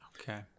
okay